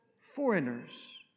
foreigners